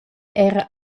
era